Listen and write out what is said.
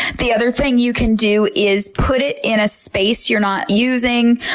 the other thing you can do is put it in a space you're not using,